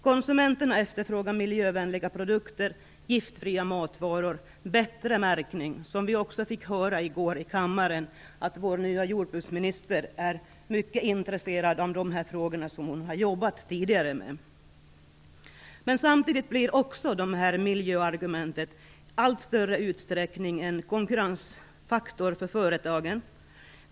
Konsumenterna efterfrågar miljövänliga produkter, giftfria matvaror och bättre märkning. Vi fick i går i kammaren höra att vår nya jordbruksminister är mycket intresserad av de här frågorna, som hon tidigare har jobbat med. Samtidigt blir de här miljöargumenten i allt större utsträckning också en konkurrensfaktor för företagen.